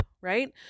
right